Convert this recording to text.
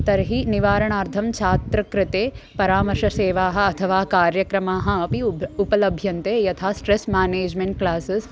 तर्हि निवारणार्थं छात्रस्य कृते परामर्शसेवाः अथवा कार्यक्रमाः अपि उभ उपलभ्यन्ते यथा स्ट्रेस् मेनेज्मेण्ट् क्लासेस्